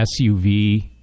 SUV